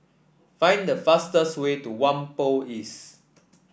find the fastest way to Whampoa East